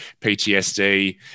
PTSD